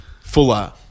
Fuller